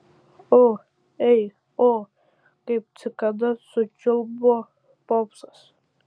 o ei o kaip cikada sučiulbo popsas